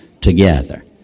together